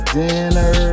dinner